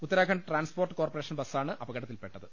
Uttarakhand transport corporation ബസ്സാണ് അപകടത്തിൽപ്പെട്ടത്